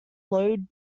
load